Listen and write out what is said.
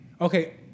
Okay